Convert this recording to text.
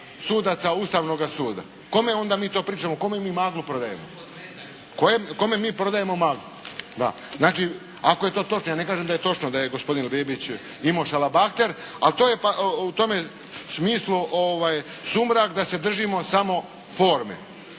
sudaca Ustavnoga suda. Kome onda mi to pričamo, kome mi maglu prodajemo. Znači, ako je to točno. Ja ne kažem da je točno da je gospodin Bebić imao šalabahter ali to je u tome smislu sumrak da se držimo samo forme.